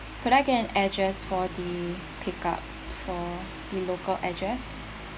could I get an address for the pick up for the local address